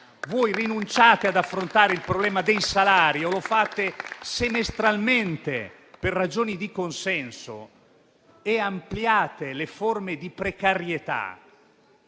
voi rinunciate ad affrontare il problema dei salari o lo fate semestralmente per ragioni di consenso e ampliate le forme di precarietà,